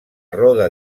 roda